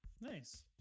Nice